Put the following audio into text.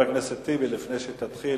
לפני שתתחיל,